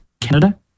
Canada